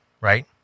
right